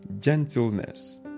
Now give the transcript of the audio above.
gentleness